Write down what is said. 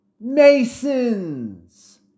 Masons